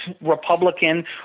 Republican